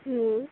ம்